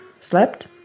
slept